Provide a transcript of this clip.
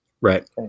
Right